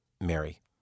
Mary